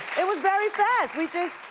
it was very fast. we just,